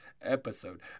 episode